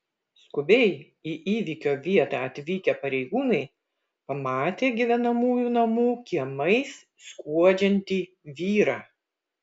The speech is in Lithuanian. skubiai į įvykio vietą atvykę pareigūnai pamatė gyvenamųjų namų kiemais skuodžiantį vyrą